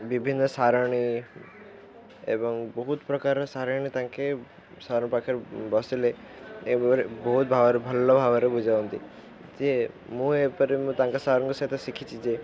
ବିଭିନ୍ନ ସାରଣୀ ଏବଂ ବହୁତ ପ୍ରକାର ସାରଣୀ ତାଙ୍କେ ସାର୍ଙ୍କ ପାଖରେ ବସିଲେ ଏପରି ବହୁତ ଭାବରେ ଭଲ ଭାବରେ ବୁଝନ୍ତି ଯେ ମୁଁ ଏପରି ମୁଁ ତାଙ୍କ ସାର୍ଙ୍କ ସହିତ ଶିଖିଛି ଯେ